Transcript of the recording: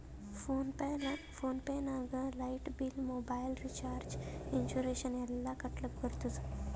phone pay ನಾಗ್ light bill, mobile recharge, insurance ಎಲ್ಲಾ ಕಟ್ಟಲಕ್ ಬರ್ತುದ್